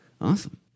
Awesome